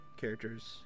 characters